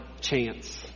chance